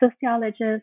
sociologists